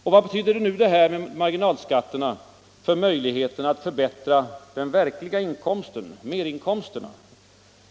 Och vad betyder dessa marginalskatter för möjligheterna att förbättra den verkliga inkomsten, för merinkomsterna?